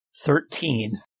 Thirteen